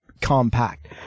compact